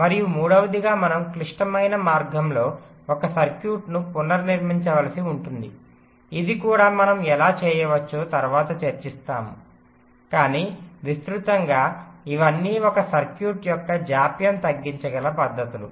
మరియు మూడవదిగా మనం క్లిష్టమైన మార్గంలో ఒక సర్క్యూట్ను పునర్నిర్మించవలసి ఉంటుంది ఇది కూడా మనం ఎలా చేయవచ్చో తరువాత చర్చిస్తాము కానీ విస్తృతంగా ఇవన్నీ ఒక సర్క్యూట్ యొక్క జాప్యం తగ్గించగల పద్ధతులు